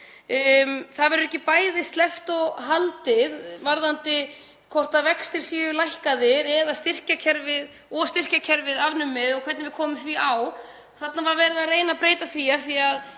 Það verður ekki bæði sleppt og haldið varðandi það hvort vextir séu lækkaðir og styrkjakerfið afnumið og hvernig við komum því á. Þarna var verið að reyna að breyta því, af því að